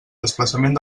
desplaçament